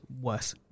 worse